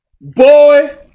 boy